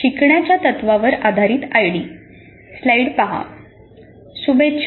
शुभेच्छा